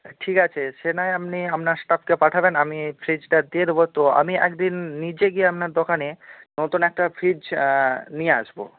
ঠিক আছে সে না হয় আপনি আপনার স্টাফকে পাঠাবেন আমি ফ্রিজটা দিয়ে দেব তো আমি একদিন নিজে গিয়ে আপনার দোকানে নতুন একটা ফ্রিজ নিয়ে আসব